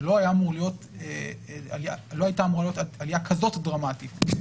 לא הייתה אמורה להיות עלייה כזאת דרמטית.